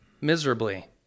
miserably